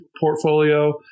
portfolio